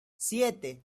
siete